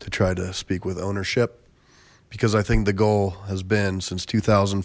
to try to speak with ownership because i think the goal has been since two thousand